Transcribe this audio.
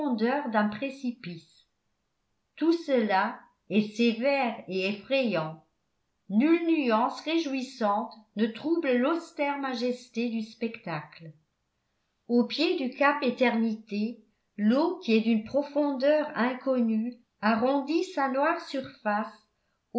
profondeurs d'un précipice tout cela est sévère et effrayant nulle nuance réjouissante ne trouble l'austère majesté du spectacle au pied du cap eternité l'eau qui est d'une profondeur inconnue arrondit sa noire surface au